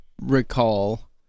recall